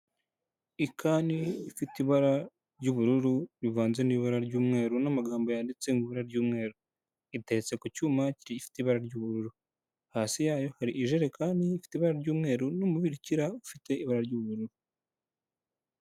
Ikani ifite ibara ry'ubururu rivanze n'ibara ry'umweru n'amagambo yanditse mu ibura ry'umweru, iteretse ku cyuma gifite ibara ry'ubururu hasi yayo hari ijerekani ifite ibara ry'umweru n'umubirikira ufite ibara ry'ubururu.